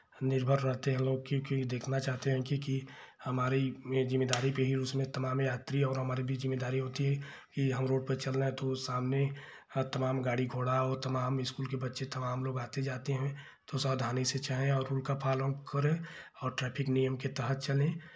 निर्भर रहते हैं लोग क्योंकि देखना चाहते हैं क्योंकि हमारे लिए ज़िम्मेदारी कहिए उसमें तमाम यात्री और हमारी भी ज़िम्मेदारी होती है कि हम रोड पे चल रहे हैं तो सामने का तमाम गाड़ी घोड़ा और तमाम इस्कूल के बच्चे तमाम लोग आते जाते हैं तो सावधानी से चलें और उनका फॉलो करें और ट्रैफिक नियम के तहत चलें